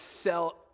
sell